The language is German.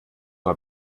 war